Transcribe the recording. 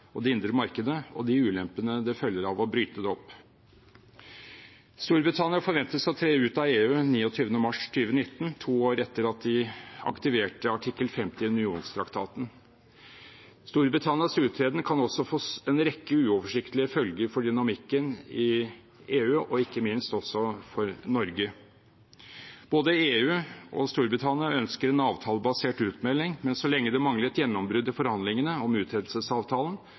og det indre markedet – og de ulempene som følger av å bryte det opp. Storbritannia forventes å tre ut av EU 29. mars 2019, to år etter at de aktiverte artikkel 50 i unionstraktaten. Storbritannias uttreden kan få en rekke uoversiktlige følger for dynamikken i EU og ikke minst også for Norge. Både EU og Storbritannia ønsker en avtalebasert utmelding, men så lenge det mangler et gjennombrudd i forhandlingene om